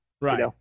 Right